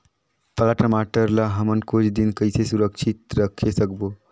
पाला टमाटर ला हमन कुछ दिन कइसे सुरक्षित रखे सकबो?